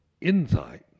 insight